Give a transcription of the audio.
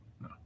No